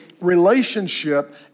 relationship